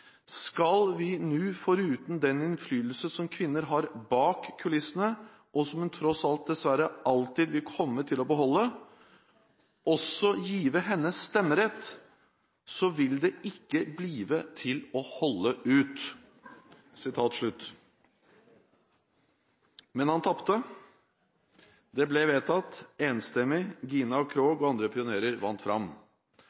vi nu foruden den indflydelse som kvinder har bag kulisserne, og som hun trods alt desværre altid vil komme til at beholde, ogsaa give hende stemmeret, saa vil det ikke blive til at holde ud.» Men han tapte, og det ble vedtatt – enstemmig. Gina Krog